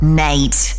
nate